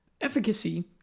efficacy